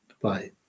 Bye